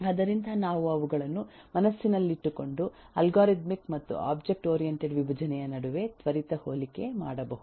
ಆದ್ದರಿಂದ ನಾವು ಅವುಗಳನ್ನು ಮನಸ್ಸಿನಲ್ಲಿಟ್ಟುಕೊಂಡು ಅಲ್ಗಾರಿದಮಿಕ್ ಮತ್ತು ಒಬ್ಜೆಕ್ಟ್ ಓರಿಯಂಟೆಡ್ ವಿಭಜನೆಯ ನಡುವೆ ತ್ವರಿತ ಹೋಲಿಕೆ ಮಾಡಬಹುದು